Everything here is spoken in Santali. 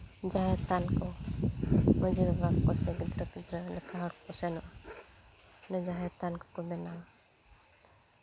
ᱡᱟᱦᱮᱨ ᱛᱷᱟᱱ ᱠᱚ ᱢᱟᱹᱡᱷᱤ ᱵᱟᱵᱟᱠᱚ ᱥᱮ ᱜᱤᱫᱽᱨᱟᱹ ᱯᱤᱫᱽᱨᱟᱹ ᱡᱟᱦᱟᱸᱭ ᱠᱚᱠᱚ ᱥᱮᱱᱚᱜᱼᱟ ᱚᱸᱰᱮ ᱡᱟᱦᱮᱨ ᱛᱷᱟᱱ ᱠᱚᱠᱚ ᱵᱮᱱᱣᱟ